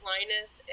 Linus